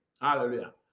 Hallelujah